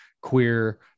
queer